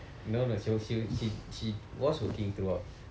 no no she was she she she was working throughout